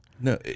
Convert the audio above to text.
No